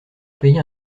payer